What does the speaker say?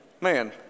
man